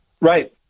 right